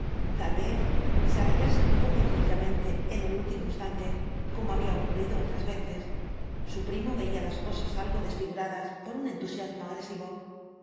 tal vez se arreglase todo pacíficamente en el último instante como había ocurrido otras veces su primo veía las cosas algo desfiguradas por un entusiasmo agresivo